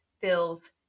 fills